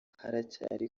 haracyari